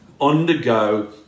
undergo